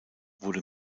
wurde